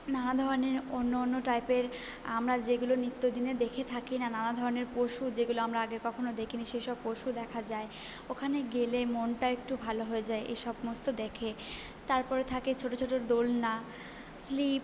নানা ধরণের অন্য অন্য টাইপের আমরা যেগুলো নিত্যদিনের দেখে থাকি না নানা ধরনের পশু যেগুলো আমরা আগে কখনো দেখি নি সেসব পশু দেখা যায় ওখানে গেলে মনটা একটু ভালো হয়ে যায় এই সমস্ত দেখে তারপরে থাকে ছোটো ছোটো দোলনা স্লিপ